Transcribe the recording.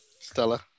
Stella